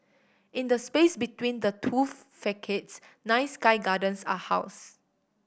in the space between the two facades nine sky gardens are housed